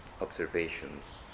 observations